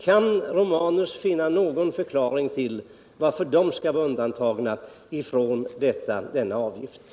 Kan herr Romanus finna någon förklaring till varför de skall undantas från den avgiften?